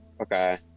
Okay